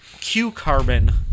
Q-carbon